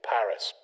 Paris